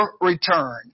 returned